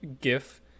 gif